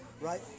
Right